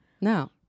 No